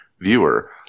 viewer